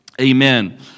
amen